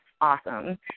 awesome